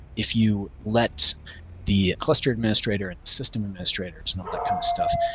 if you let the cluster administrator system administrator, it's not that kind of stuff.